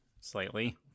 Slightly